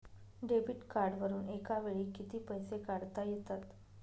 Debit कार्डवरुन एका वेळी किती पैसे काढता येतात?